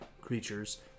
creatures